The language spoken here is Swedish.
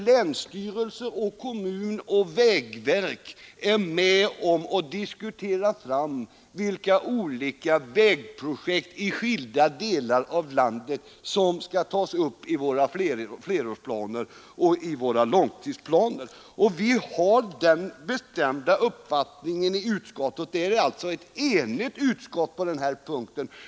Länsstyrelse, kommun och vägverk är där med om att diskutera fram vilka olika vägprojekt i skilda delar av landet som skall tas upp i flerårsplaner och långtidsplaner.